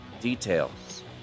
details